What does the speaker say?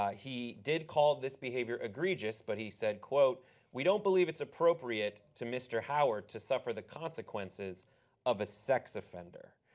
ah he did call this behavior egregious but he said quote we don't believe it's appropriate for mr. howard to suffer the consequences of a sex offender.